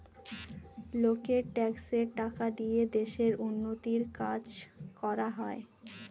লোকের ট্যাক্সের টাকা দিয়ে দেশের উন্নতির কাজ করা হয়